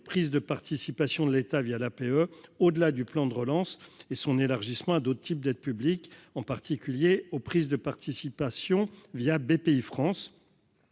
les prises de participation de l'État, via l'APE au-delà du plan de relance et son élargissement à d'autres types d'aides publiques, en particulier aux prises de participation via Bpifrance